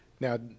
Now